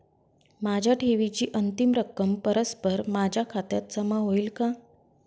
माझ्या ठेवीची अंतिम रक्कम परस्पर माझ्या खात्यात जमा होईल का?